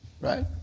Right